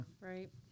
right